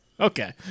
Okay